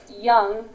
young